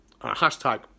hashtag